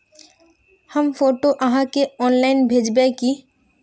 हम फोटो आहाँ के ऑनलाइन भेजबे की?